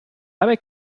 dabei